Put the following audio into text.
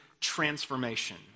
transformation